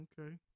Okay